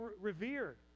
revered